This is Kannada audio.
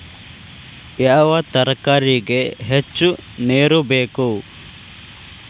ಯಾವ ತರಕಾರಿಗೆ ಹೆಚ್ಚು ನೇರು ಬೇಕು?